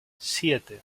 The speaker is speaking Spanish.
siete